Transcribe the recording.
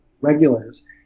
regulars